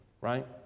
right